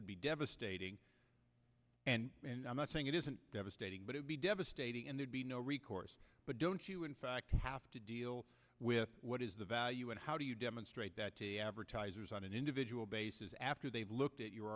would be devastating i'm not saying it isn't devastating but would be devastating and there'd be no recourse but don't you in fact have to deal with what is the value and how do you demonstrate that advertisers on an individual basis after they've looked at your